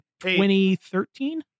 2013